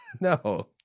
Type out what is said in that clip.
No